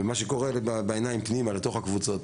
מה שקורה בפנים בתוך הקבוצות.